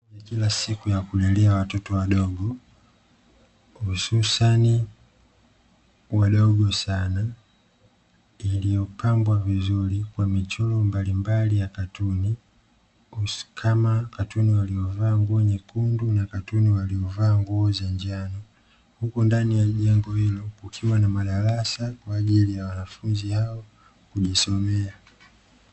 Kila siku ya kulelea Watoto wadogo hususani wadogo sana iliyopambwa vizuri kwa michoro mbalimbali ya katuni kama katuni waliovaa nguo nyekundu na katuni, waliovaa nguo za njano, huku ndani ya jengo hilo kukiwa na madarasa kwa ajili ya wanafunzi hao kujisomea.